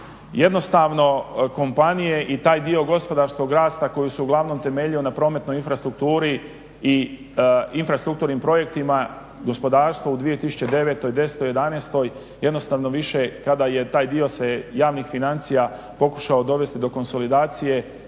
Jednostavno kompanije i taj dio gospodarskog rasta koji se uglavnom temeljio na prometnoj infrastrukturi i infrastrukturnim projektima, gospodarstvo u 2009., 2010., 2011., jednostavno više kada je taj dio javnih financija se pokušao dovesti do konsolidacije